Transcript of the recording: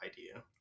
idea